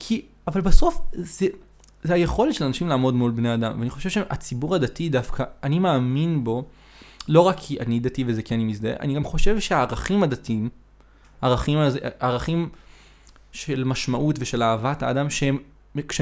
כי אבל בסוף זה היכולת של אנשים לעמוד מול בני אדם ואני חושב שהציבור הדתי דווקא אני מאמין בו לא רק כי אני דתי וזה כי אני מזדהה, אני גם חושב שהערכים הדתיים, הערכים של משמעות ושל אהבת האדם שהם